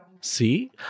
See